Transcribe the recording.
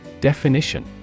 Definition